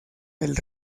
del